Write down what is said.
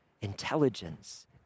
Intelligence